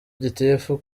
gitifu